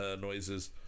noises